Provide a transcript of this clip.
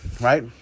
right